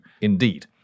indeed